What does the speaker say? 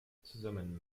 zusammen